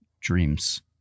dreams